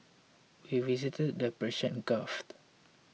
we visited the Persian Gulf